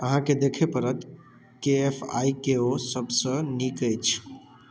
अहाँकेँ देखय पड़त के एफ आइ के ओ सभसँ नीक अछि